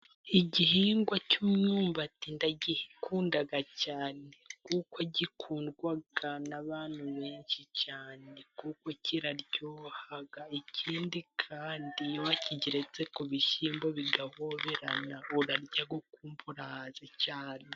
Igihingwa cy'umwumbati ndagikunda cyane, kuko gikundwa n'abantu benshi cyane, kuko kiraryoha, ikindi kandi wa kigeretse ku bishyimbo bigahoberana urarya ugahaga cyane.